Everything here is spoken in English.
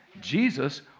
Jesus